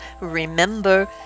remember